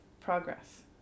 progress